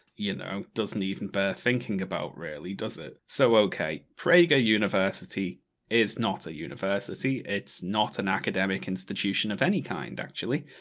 you know, doesn't even bear thinking about really, does it. so, okay, prager university is not a university. it's not an academic institution of any kind, actually.